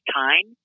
time